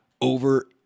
over